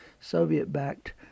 Soviet-backed